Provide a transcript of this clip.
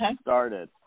started